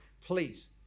please